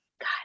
God